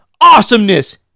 awesomeness